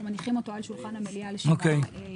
אנחנו מניחים אותו על שולחן המליאה לשבעה ימים,